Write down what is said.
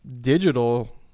digital